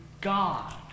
God